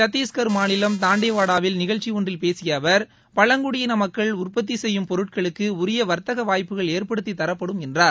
சத்தீஷ்கர் மாநிலம் தண்டேவாடாவில் நிகழ்ச்சி ஒன்றில் பேசிய அவர் பழங்குடியின மக்கள் உற்பத்தி செய்யும் பொருட்களுக்கு உரிய வர்த்தக வாய்ப்புகள் ஏற்படுத்தி தரப்படும் என்றார்